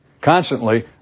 constantly